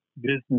business